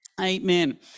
Amen